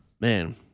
man